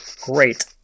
Great